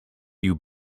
you